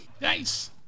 Nice